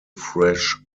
fresh